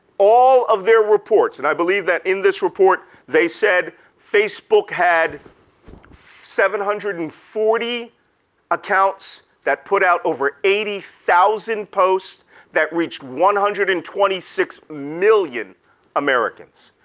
all of their reports and i believe that in this report, they said facebook had seven hundred and forty accounts that put out over eighty thousand posts that reached one hundred and twenty six million americans.